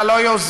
אתה לא יוזם,